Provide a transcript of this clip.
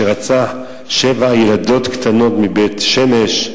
שרצח שבע ילדות קטנות מבית-שמש,